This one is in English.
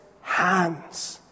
hands